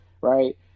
right